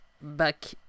back